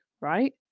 right